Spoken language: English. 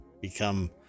become